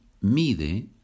mide